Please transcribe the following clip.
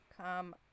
Come